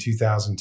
2002